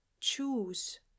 choose